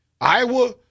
Iowa